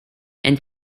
and